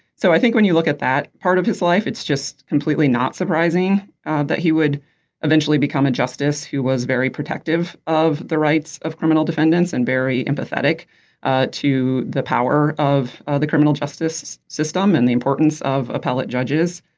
so i think when you look at that part of his life it's just completely not surprising that he would eventually become a justice who was very protective of the rights of criminal defendants and very empathetic ah to the power of of the criminal justice system and the importance of appellate judges.